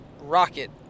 rocket